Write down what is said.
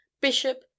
bishop